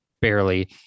barely